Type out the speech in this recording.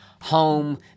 home